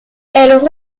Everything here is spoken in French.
elle